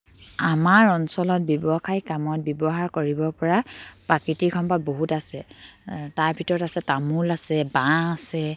আমাৰ অঞ্চলত ব্যৱসায়ী কামত ব্যৱহাৰ কৰিব পৰা প্ৰাকৃতিক সম্পদ বহুত আছে তাৰ ভিতৰত আছে তামোল আছে বাঁহ আছে